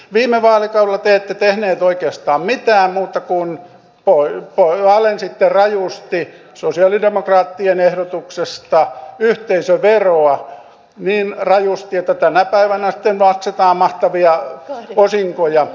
viime vaalikaudella te ette tehneet oikeastaan mitään muuta kuin alensitte rajusti sosialidemokraattien ehdotuksesta yhteisöveroa niin rajusti että tänä päivänä sitten maksetaan mahtavia osinkoja